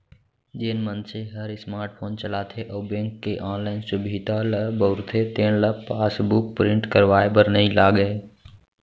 जेन मनसे हर स्मार्ट फोन चलाथे अउ बेंक के ऑनलाइन सुभीता ल बउरथे तेन ल पासबुक प्रिंट करवाए बर नइ लागय